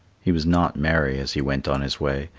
he was not merry as he went on his way,